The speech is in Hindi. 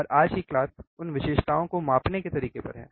और आज की क्लास उन विशेषताओं को मापने के तरीके पर है